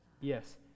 Yes